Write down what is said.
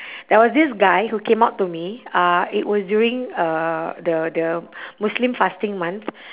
there was this guy who came up to me uh it was during uh the the muslim fasting month